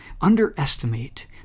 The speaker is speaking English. underestimate